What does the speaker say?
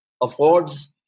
affords